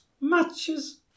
Matches